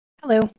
Hello